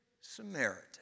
Samaritan